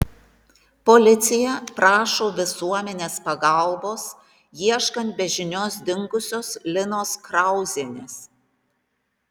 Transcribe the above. policija prašo visuomenės pagalbos ieškant be žinios dingusios linos krauzienės